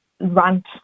rant